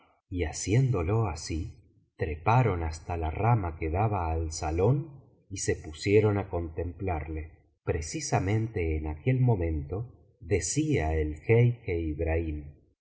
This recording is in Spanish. y haciéndolo así treparon hasta la rama que daba al salón y se pusieron á contemplarle precisamente en aquel momento decía el jeique ibrahim